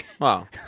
Wow